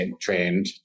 trained